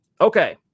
okay